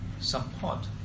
support